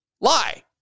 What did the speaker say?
lie